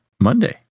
Monday